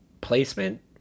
placement